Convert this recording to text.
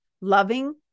loving